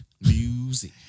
music